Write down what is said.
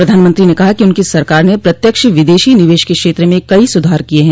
प्रधानमंत्री ने कहा कि उनकी सरकार ने प्रत्यक्ष विदेशी निवेश के क्षेत्र में कई सधार किए हैं